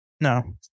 No